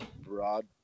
broad